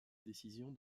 décision